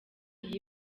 iyi